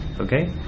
okay